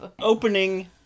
Opening